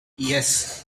yes